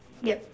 yup